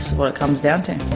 um ah it comes down to.